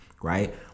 right